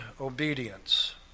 obedience